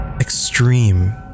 extreme